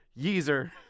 Yeezer